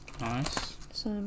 nice